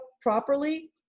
properly